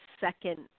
second